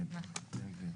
נכון.